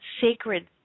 sacred